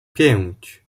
pięć